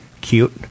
Cute